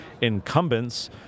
incumbents